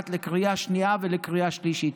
2021, לקריאה שנייה ולקריאה שלישית.